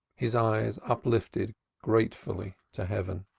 his eyes uplifted gratefully to heaven.